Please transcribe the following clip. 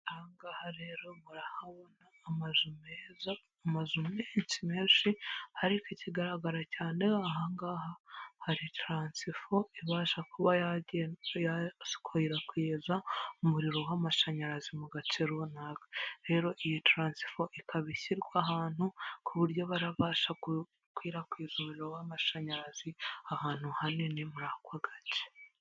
Ahangaha rero murahabona amazu meza, amazu iminsi menshi ariko ikigaragara cyane ahangaha hari taransifo ibasha kuba yakwirakwiza umuriro w'amashanyarazi mu gace runaka. Rero iyi taransifo ikaba ishyirwa ahantu ku buryo barabasha gukwirakwiza umuriro w'amashanyarazi ahantu hanini muri ako gace